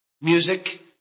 music